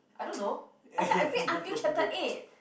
I don't know I say I read until chapter eight